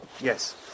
yes